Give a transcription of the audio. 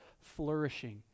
flourishing